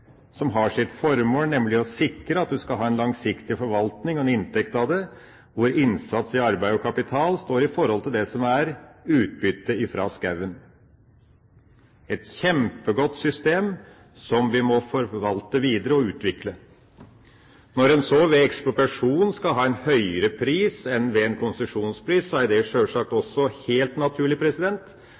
som har det formål å sikre at du skal ha en langsiktig forvaltning og en inntekt av det, hvor innsats i arbeid og kapital står i forhold til utbyttet fra skogen. Det er et kjempegodt system som vi må forvalte videre og utvikle. Når en så ved en ekspropriasjon skal ha en høyere pris enn ved en konsesjon, er det sjølsagt helt naturlig,